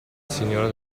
signora